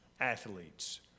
athletes